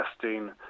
testing